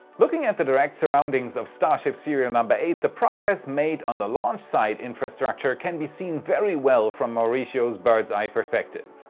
looking at the direct surroundings of starship serial number eight, the progress made on the launch site infrastructure can be seen very well from mauricios birds eye perspective.